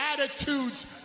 attitude's